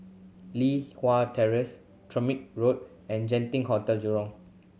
Li Hwan Terrace Tamarind Road and Genting Hotel Jurong